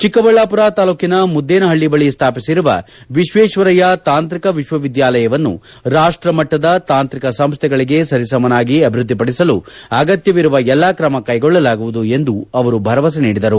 ಚಿಕ್ಕಬಳ್ಳಾಮರ ತಾಲೂಕಿನ ಮುದ್ದೇನಪಳ್ಳಿ ಬಳಿ ಸ್ಥಾಪಿಸಿರುವ ವಿಶ್ವೇಶ್ವರಯ್ಯ ತಾಂತ್ರಿಕ ವಿಶ್ವ ವಿದ್ಯಾಲಯವನ್ನು ರಾಷ್ಟಮಟ್ಟದ ತಾಂತ್ರಿಕ ಸಂಸ್ಥೆಗಳಿಗೆ ಸರಿಸಮನಾಗಿ ಅಭಿವೃದ್ಧಿಪಡಿಸಲು ಅಗತ್ತವಿರುವ ಎಲ್ಲಾ ಕ್ರಮ ಕೈಗೊಳ್ಳಲಾಗುವುದು ಎಂದು ಅವರು ಭರವಸೆ ನೀಡಿದರು